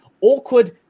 awkward